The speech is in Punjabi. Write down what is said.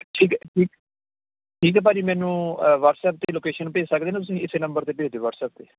ਠੀਕ ਆ ਠੀਕ ਠੀਕ ਆ ਭਾਅ ਜੀ ਮੈਨੂੰ ਵੱਟਸਐਪ 'ਤੇ ਲੋਕੇਸ਼ਨ ਭੇਜ ਸਕਦੇ ਨਾ ਤੁਸੀਂ ਇਸ ਨੰਬਰ 'ਤੇ ਭੇਜ ਦਿਉ ਵੱਟਸਐਪ 'ਤੇ